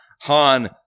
Han